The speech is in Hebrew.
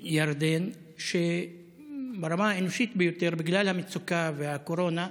ירדן, שברמה האנושית ביותר, בגלל המצוקה והקורונה,